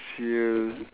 [sial]